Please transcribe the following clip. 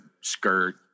skirt